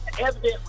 Evidently